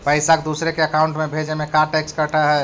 पैसा के दूसरे के अकाउंट में भेजें में का टैक्स कट है?